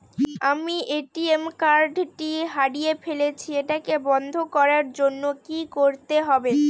আমি ATM card টি হারিয়ে ফেলেছি এটাকে বন্ধ করার জন্য কি করতে হবে?